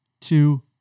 two